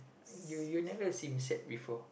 you you never seem sad before